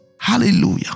Hallelujah